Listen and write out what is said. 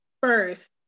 first